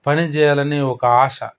పని చెయ్యాలని ఒక ఆశ